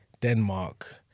Denmark